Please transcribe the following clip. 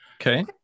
Okay